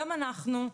גם אנחנו,